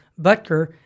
Butker